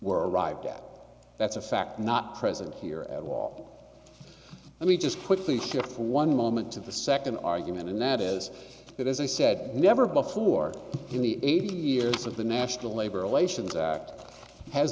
were arrived at that's a fact not present here at all let me just quickly shift for one moment to the second argument and that is that as i said never before in the eighty years of the national labor relations act has